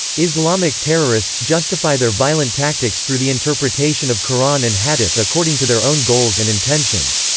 islamic terrorists justify their violent tactics through the interpretation of quran and hadith according to their own goals and intentions.